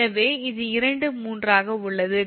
எனவே இது 23 ஆக உள்ளது